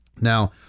Now